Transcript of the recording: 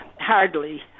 Hardly